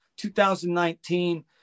2019